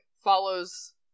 Follows